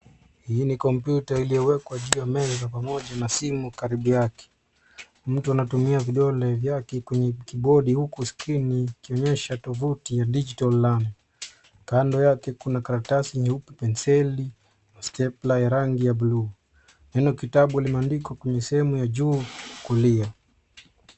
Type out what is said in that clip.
Hii ni kompyuta iliyowekwa juu ya meza pamoja na simu karibu yake. Mtu anatumia vidole vyake kwenye kibodi huku skirini ikionyesha tovuti ya digital learning . Kando yake kuna karatasi nyeupe, penseli na stapler ya rangi ya buluu. Neno kitabu limeandikwa kwenye sehemu ya juu kulia.